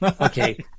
Okay